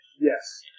Yes